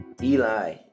Eli